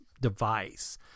device